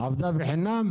היא עבדה בחינם?